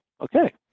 Okay